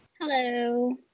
Hello